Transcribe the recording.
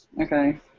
Okay